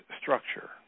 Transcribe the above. structure